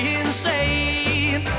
insane